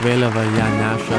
vėliavą ją neša